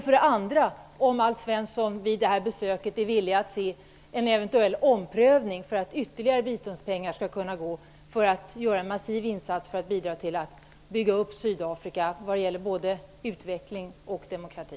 För det andra undrar jag om Alf Svensson vid det här besöket är villig att beakta en eventuell omprövning för att ytterligare biståndspengar skall kunna ges så att man kan göra en massiv insats för att bidra till uppbyggnaden av Sydafrika vad gäller såväl utveckling som demokrati.